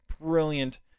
brilliant